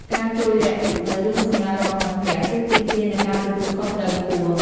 ការជួយលាក់ទុកនូវរឿងសម្ងាត់របស់មិត្តភក្តិ គឺទាមទារនូវការទទួលខុសត្រូវខ្ពស់។